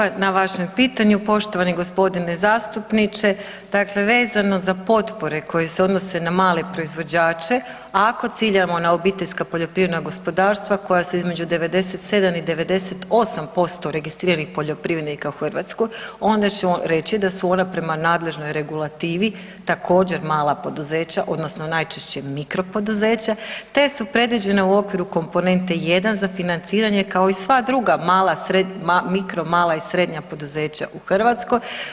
Hvala lijepa na vašem pitanju poštovani gospodine zastupniče, dakle vezano za potpore koje se odnose na male proizvođače ako ciljamo na obiteljska poljoprivredna gospodarstva koja se između 97 i 98% registriranih poljoprivrednika u Hrvatskoj onda ćemo reći da su ona prema nadležnoj regulativi također mala poduzeća odnosno najčešće mikro poduzeća te su predviđena u okviru komponente 1 za financiranje kao i sva druga mala, srednja, mikro, mala i srednja poduzeća u Hrvatskoj.